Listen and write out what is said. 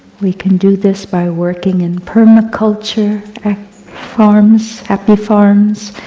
we can do this by working in permaculture farms, happy farms,